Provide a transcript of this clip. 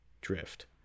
Drift